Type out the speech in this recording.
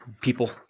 people